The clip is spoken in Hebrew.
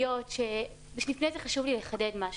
חשוב לי לחדד משהו,